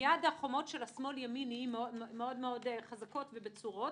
מייד החומות של השמאל והימין נהיות מאוד חזקות ובצורות,